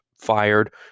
fired